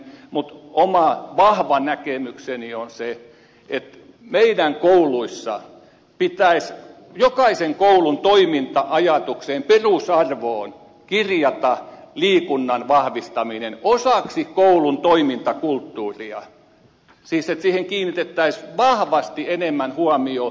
mutta oma vahva näkemykseni on se että meidän kouluissamme pitäisi jokaisen koulun toiminta ajatukseen perusarvoon kirjata liikunnan vahvistaminen osaksi koulun toimintakulttuuria siis että siihen kiinnitettäisiin vahvasti enemmän huomiota